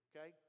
Okay